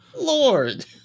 lord